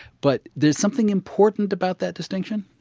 but there's something important about that distinction?